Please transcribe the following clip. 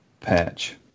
patch